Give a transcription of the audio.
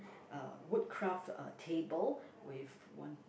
uh wood craft uh table with one